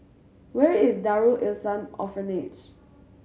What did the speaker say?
where is Darul Ihsan Orphanage